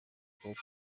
ukundi